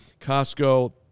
Costco